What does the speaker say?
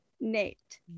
Nate